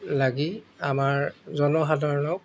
লাগি আমাৰ জনসাধাৰণক